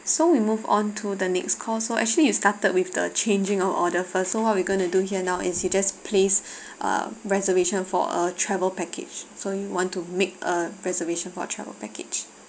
so we move on to the next call so actually you started with the changing of order first so what we're going to do here now is you just place uh reservation for a travel package so you want to make a reservation for travel package